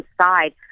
inside